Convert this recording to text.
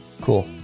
Cool